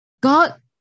God